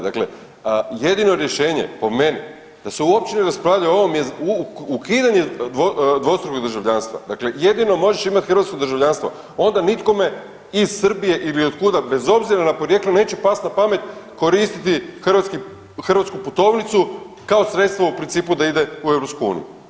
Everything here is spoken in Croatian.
Dakle jedino rješenje po meni da se uopće ne raspravlja o ovom ukidanju dvostrukog državljanstva, dakle jedino možeš imat hrvatsko državljanstvo onda nitkome iz Srbije ili otkuda bez obzira na porijeklo neće past na pamet koristiti hrvatsku putovnicu kao sredstvo u principu da ide u EU.